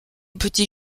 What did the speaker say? petit